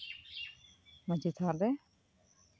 ᱢᱟᱹᱡᱷᱤ ᱛᱷᱟᱱᱨᱮ